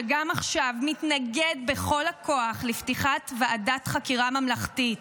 שגם עכשיו מתנגד בכל הכוח לפתיחת ועדת חקירה ממלכתית,